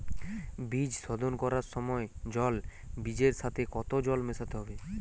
বীজ শোধন করার সময় জল বীজের সাথে কতো জল মেশাতে হবে?